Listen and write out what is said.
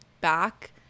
back